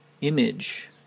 image